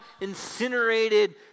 incinerated